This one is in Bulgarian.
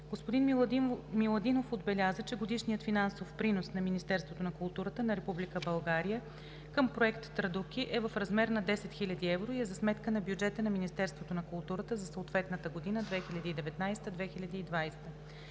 Господин Миладинов отбеляза, че годишният финансов принос на Министерството на културата на Република България към Проект „Традуки“ е в размер на 10 000 евро и е за сметка на бюджета на Министерството на културата за съответната година (2019 – 2020